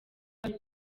bari